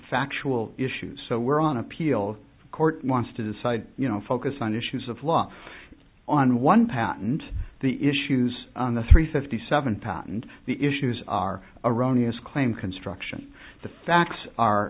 factual issues so we're on appeal court wants to decide you know focus on issues of law on one patent the issues on the three fifty seven patent the issues are erroneous claim construction the facts are